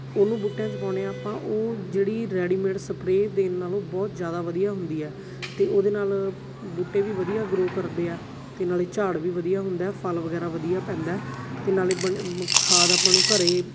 ਉਹਨੂੰ ਬੂਟਿਆਂ 'ਚ ਪਾਉਂਦੇ ਆਪਾਂ ਉਹ ਜਿਹੜੀ ਰੈਡੀਮੇਡ ਸਪਰੇਅ ਦੇ ਨਾਲੋਂ ਬਹੁਤ ਜ਼ਿਆਦਾ ਵਧੀਆ ਹੁੰਦੀ ਹੈ ਅਤੇ ਉਹਦੇ ਨਾਲ ਬੂਟੇ ਵੀ ਵਧੀਆ ਗਰੋਅ ਕਰਦੇ ਹੈ ਅਤੇ ਨਾਲੇ ਝਾੜ ਵੀ ਵਧੀਆ ਹੁੰਦਾ ਫਲ ਵਗੈਰਾ ਵਧੀਆ ਪੈਂਦਾ ਅਤੇ ਨਾਲੇ ਬਣ ਖਾਦ ਆਪਾਂ ਨੂੰ ਘਰੇ